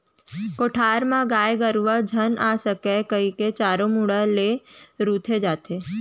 कोठार म गाय गरूवा झन आ सकय कइके चारों मुड़ा ले रूंथे जाथे